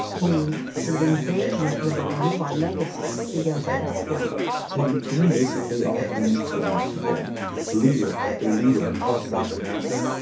the sort of engagement with the bolivar legacy begins at that point so he became basically all things to all people leader after leader across south america,